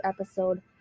episode